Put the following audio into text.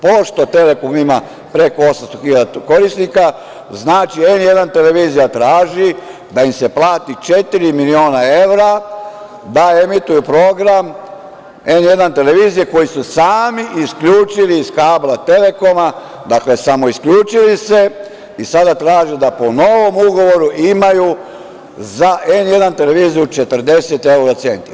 Pošto „Telekom“ ima preko 800.000 korisnika, znači N1 televizija traži da im se plati četiri miliona evra da emituju program N1 televizije koji su sami isključili iz kablova „Telekoma“, dakle, samoisključili se, i sada traže da po novom ugovoru imaju za N1 televiziju 40 evra centi.